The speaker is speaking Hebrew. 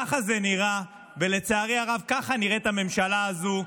ככה זה נראה, ולצערי הרב, ככה נראית הממשלה הזו.